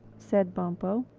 said bumpo.